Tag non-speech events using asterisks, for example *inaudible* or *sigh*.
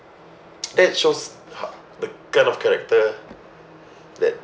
*noise* that shows h~ the kind of character that